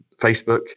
Facebook